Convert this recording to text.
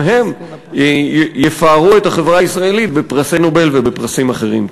גם הם יפארו את החברה הישראלית בפרסי נובל ובפרסים אחרים.